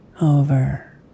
Over